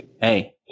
Hey